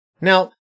Now